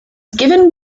given